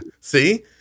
see